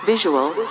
visual